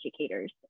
educators